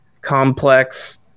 complex